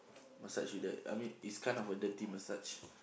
massage you that I mean it's kind of a dirty massage